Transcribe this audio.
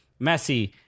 Messi